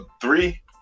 three